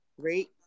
Great